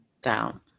Down